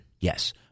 Yes